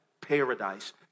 paradise